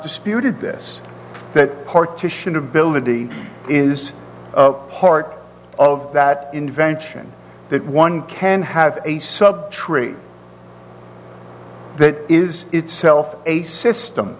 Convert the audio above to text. disputed this that partition ability is part of that invention that one can have a sub tree that is itself a system